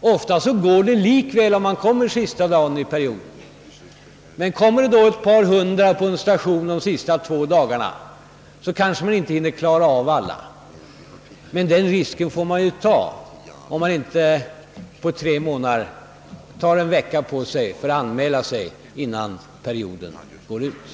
Ofta går det likväl bra om man kommer sista dagen av perioden, men skulle det komma ett par hundra till en station under de sista två dagarna kanske man inte hinner klara av alla. Den risken får bilägaren dock ta om han på tre månader inte tar en vecka på sig för att anmäla sig innan perioden går ut.